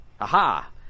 Aha